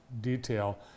detail